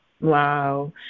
Wow